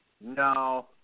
No